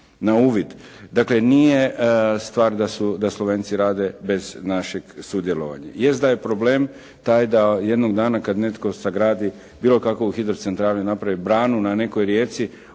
na uvid. Dakle nije stvar da su, da Slovenci rade bez našeg sudjelovanja. Jest da je problem taj da jednog dana kad netko sagradi bilo kakovu hidrocentralu i napravi branu na nekoj rijeci